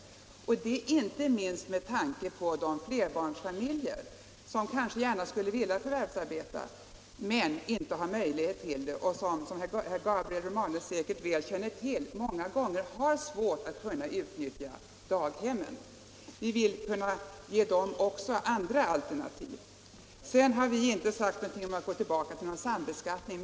Detta har vi krävt inte minst med tanke på de flerbarnsfamiljer där man kanske gärna skulle vilja förvärvsarbeta men inte har möjlighet till det då man, som herr Gabriel Romanus säkerligen väl känner till, många gånger har svårt att kunna utnyttja daghemmen. Vi vill ge också dessa familjer alternativ. Vi har inte talat om att gå tillbaka till någon sambeskattning.